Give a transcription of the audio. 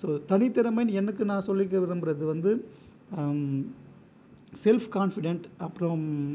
so தனி திறமைன்னு எனக்கு நான் சொல்லிக்க விரும்புகிறது வந்து செல்ஃப் கான்ஃபிடன்ட் அப்புறம்